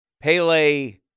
Pele